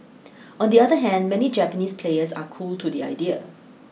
on the other hand many Japanese players are cool to the idea